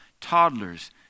Toddlers